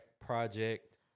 project